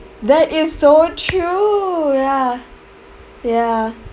that is so true ya ya